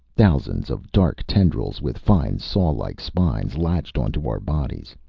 thousands of dark tendrils with fine, sawlike spines latched onto our bodies.